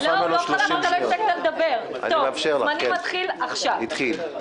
אז אי אפשר לקבוע החלטות בהסתייגויות